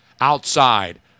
outside